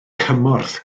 cymorth